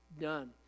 done